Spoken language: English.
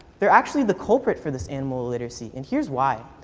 they're actually the culprit for this animal illiteracy. and here's why.